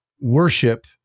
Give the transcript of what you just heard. worship